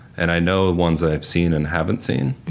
and i know the ones i've seen and haven't seen.